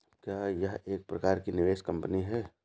क्या यह एक प्रकार की निवेश कंपनी है?